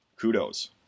kudos